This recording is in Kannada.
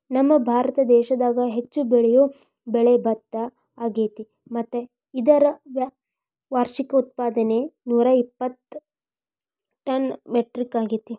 ನಮ್ಮಭಾರತ ದೇಶದಾಗ ಹೆಚ್ಚು ಬೆಳಿಯೋ ಬೆಳೆ ಭತ್ತ ಅಗ್ಯಾತಿ ಮತ್ತ ಇದರ ವಾರ್ಷಿಕ ಉತ್ಪಾದನೆ ನೂರಾಇಪ್ಪತ್ತು ಟನ್ ಮೆಟ್ರಿಕ್ ಅಗ್ಯಾತಿ